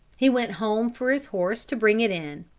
he went home for his horse to bring it in.